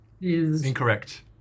Incorrect